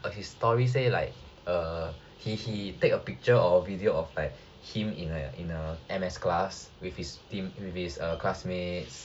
uh his story say like err he he take a picture or video of him in a in a M_S class with his team with his err classmates